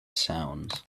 sounds